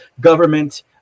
government